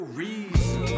reason